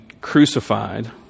crucified